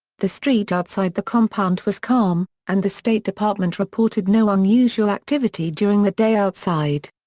the street outside the compound was calm, and the state department reported no unusual activity during the day outside.